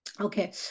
Okay